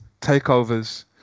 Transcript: takeovers